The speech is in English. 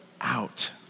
out